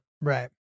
Right